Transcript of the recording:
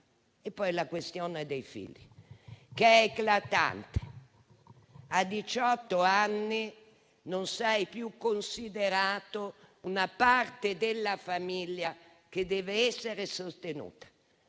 poi la questione dei figli, che è eclatante: a diciotto anni non si è più considerati una parte della famiglia che deve essere sostenuta.